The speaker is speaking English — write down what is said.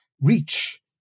reach